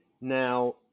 Now